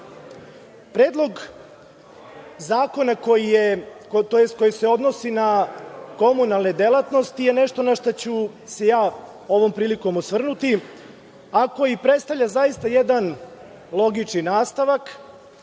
je, tj. koji se odnosi na komunalne delatnosti, je nešto na šta ću se ja ovom prilikom osvrnuti, a koji predstavlja zaista jedan logični nastavak